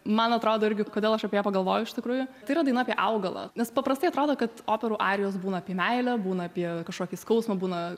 man atrodo irgi kodėl aš apie ją pagalvoju iš tikrųjų tai yra daina apie augalą nes paprastai atrodo kad operų arijos būna apie meilę būna apie kažkokį skausmą būna